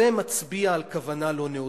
זה מצביע על כוונה לא נאותה.